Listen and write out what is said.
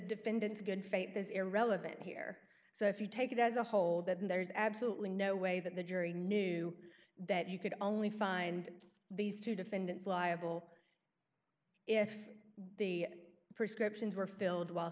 defendant's good faith is irrelevant here so if you take it as a whole that there's absolutely no way that the jury knew that you could only find these two defendants liable if the prescriptions were filled while